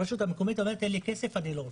הרשות המקומית אומרת: אין לי כסף, אני לא רוצה.